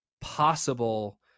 possible